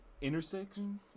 intersection